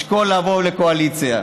ישקול לעבור לקואליציה.